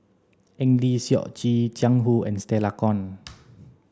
Eng Lee Seok Chee Jiang Hu and Stella Kon